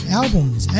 albums